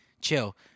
chill